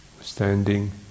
Standing